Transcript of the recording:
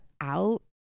out